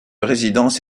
résidence